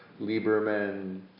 Lieberman